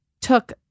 took